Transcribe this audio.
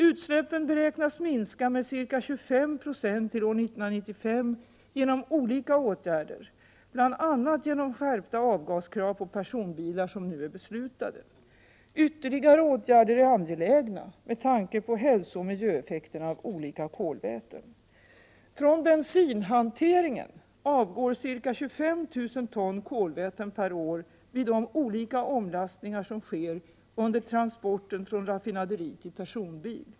Utsläppen beräknas minska med ca 25 9o till år 1995 genom de olika åtgärder, bl.a. skärpta avgaskrav på personbilar, som nu är beslutade. Ytterligare åtgärder är angelägna med tanke på hälsooch miljöeffekterna av olika kolväten. Från bensinhanteringen avgår ca 25 000 ton kolväten per år vid de olika omlastningar som sker under transporten från raffinaderi till personbil.